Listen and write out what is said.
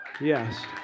Yes